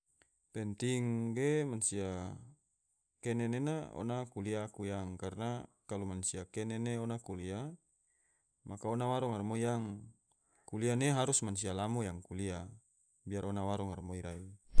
Penting ge, mansia kene nena ona kuliah aku yang, karna kalo mansia kene ne ona kuliah maka ona waro garamoi yang, kuliah ne harus mansia lamo yang kuliah, biar ona wwaro garamoi rai